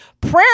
prayer